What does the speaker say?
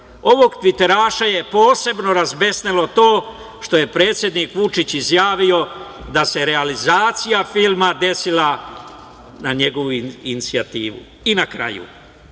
Ovog tviteraša je posebno razbesnelo to što je predsednik Vučić izjavio da se realizacija filma desila na njegovu inicijativu. Na kraju,